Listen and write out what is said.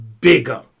bigger